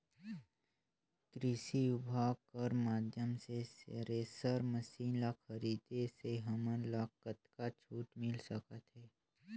कृषि विभाग कर माध्यम से थरेसर मशीन ला खरीदे से हमन ला कतका छूट मिल सकत हे?